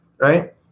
right